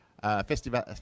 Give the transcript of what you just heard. Festival